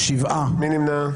מי נמנע?